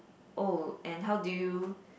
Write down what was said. oh and how do you